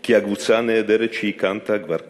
כי הקבוצה הנהדרת שהקמת כבר כאן,